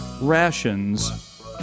rations